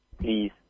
Please